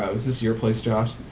is this your place josh?